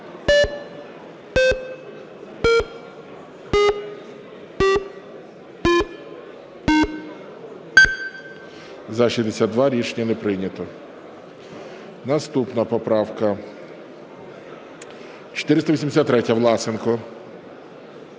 За-62 Рішення не прийнято. Наступна поправка 483-я, Власенко.